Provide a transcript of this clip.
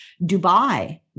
Dubai